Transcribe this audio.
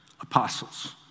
apostles